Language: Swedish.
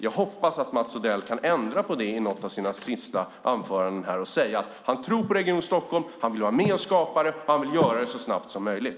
Jag hoppas att Mats Odell kan ändra på det i något av sina sista anföranden och säga att han tror på Region Stockholm, att han vill vara med och skapa det och att han vill göra det så snabbt som möjligt.